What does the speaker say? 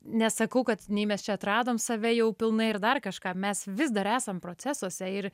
nesakau kad nei mes čia atradom save jau pilnai ir dar kažką mes vis dar esam procesuose ir